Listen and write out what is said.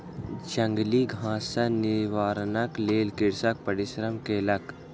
जंगली घास सॅ निवारणक लेल कृषक परिश्रम केलक